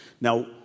Now